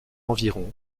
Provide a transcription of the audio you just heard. environ